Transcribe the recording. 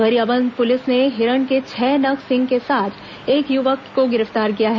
Gariaband police ने हिरण के छह नग सींग के साथ एक युवक को गिरफ्तार किया है